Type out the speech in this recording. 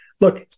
Look